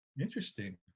Interesting